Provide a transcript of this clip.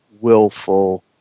willful